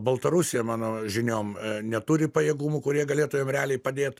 baltarusija mano žiniom neturi pajėgumų kurie galėtų jiem realiai padėt